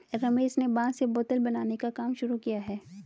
रमेश ने बांस से बोतल बनाने का काम शुरू किया है